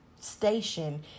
station